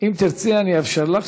אם תרצי, אני אאפשר לך,